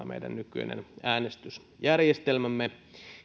meidän nykyinen äänestysjärjestelmämme on hyvin idioottivarma